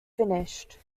finished